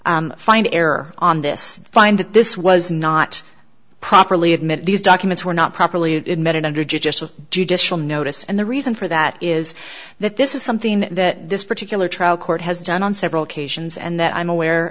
least find error on this find that this was not properly admit these documents were not properly admitted under just a judicial notice and the reason for that is that this is something that this particular trial court has done on several occasions and that i'm aware